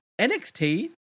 NXT